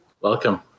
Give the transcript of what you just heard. welcome